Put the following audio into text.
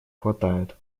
хватает